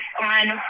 on